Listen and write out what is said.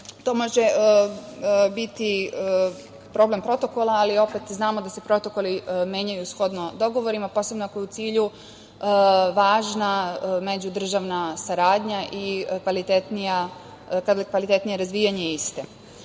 To može biti problem protokola, ali, opet, znamo da se protokoli menjaju shodno dogovorima, posebno ako je u cilju važna međudržavna saradnja i kvalitetnije razvijanje